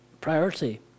priority